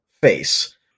face